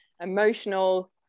emotional